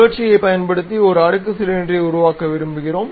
சுழற்சியைப் பயன்படுத்தி ஒரு அடுக்கு சிலிண்டரை உருவாக்க விரும்புகிறோம்